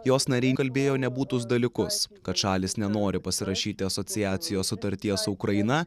jos nariai kalbėjo nebūtus dalykus kad šalys nenori pasirašyti asociacijos sutarties su ukraina